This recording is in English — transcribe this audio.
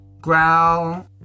growl